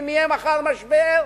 אם יהיה מחר משבר,